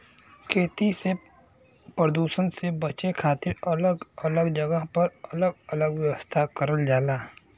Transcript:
खेती के परदुसन से बचे के खातिर अलग अलग जगह पर अलग अलग व्यवस्था करल जाला